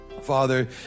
Father